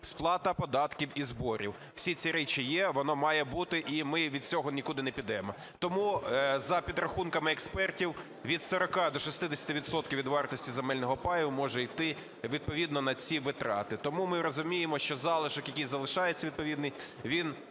сплата податків і зборів - всі ці речі є, воно має бути, і ми від цього нікуди не підемо. Тому, за підрахунками експертів, від 40 до 60 відсотків від вартості земельного паю може йти відповідно на ці витрати. Тому ми розуміємо, що залишок, який залишається, відповідний, він